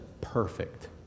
perfect